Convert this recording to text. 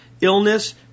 illness